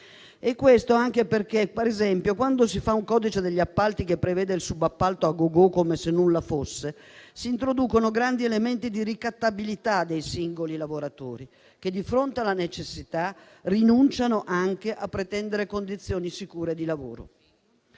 Questo anche perché, per esempio, quando si fa un codice degli appalti che prevede il subappalto a gogò come se nulla fosse, si introducono grandi elementi di ricattabilità dei singoli lavoratori che, di fronte alla necessità, rinunciano anche a pretendere condizioni sicure di lavoro.